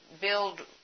build